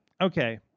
okay